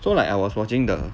so like I was watching the